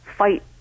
fight